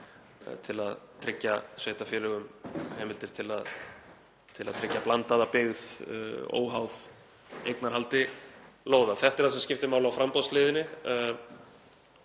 til að tryggja sveitarfélögunum heimildir til að tryggja blandaða byggð óháð eignarhaldi lóða. Þetta er það sem skiptir máli á framboðshliðinni.